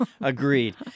Agreed